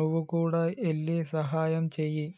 నువ్వు కూడా ఎల్లి సహాయంచేయి